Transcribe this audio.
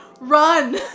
Run